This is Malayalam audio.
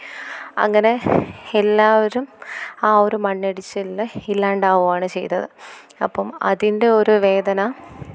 അങ്ങനെ എല്ലാവരും ആ ഒരു മണ്ണിടിച്ചിലിൽ ഇല്ലാണ്ടാവുകയാണ് ചെയ്തത് അപ്പം അതിന്റെ ഒരു വേദന